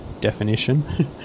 definition